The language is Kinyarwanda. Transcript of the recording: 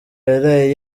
yaraye